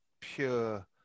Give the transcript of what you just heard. pure